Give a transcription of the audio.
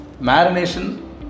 Marination